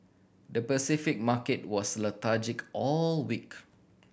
the Pacific market was lethargic all week